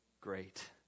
great